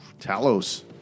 Talos